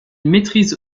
maîtrise